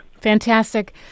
Fantastic